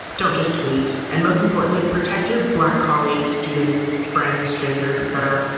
don't just tweet, and most importantly, protect your black colleagues, students, friends, strangers, etc,